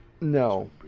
No